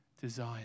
desire